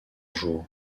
jour